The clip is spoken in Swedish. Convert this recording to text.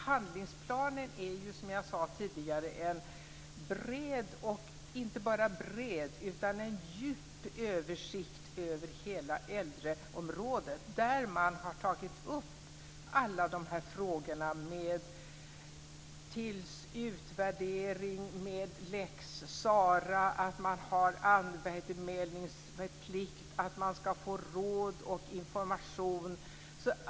Handlingsplanen är ju som jag sade tidigare en inte bara bred utan också djup översikt över hela äldreområdet, där man har tagit upp alla de här frågorna: utvärdering, lex Sara, att man har anmälningsplikt, att man ska få råd och information.